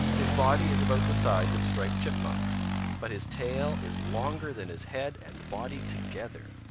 his body is about the size of striped chipmunk's but his tail is longer than his head and body together.